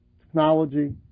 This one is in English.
technology